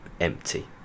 empty